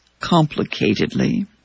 complicatedly